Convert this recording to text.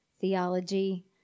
theology